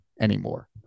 anymore